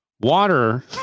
Water